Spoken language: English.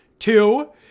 Two